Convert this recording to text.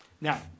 Now